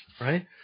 Right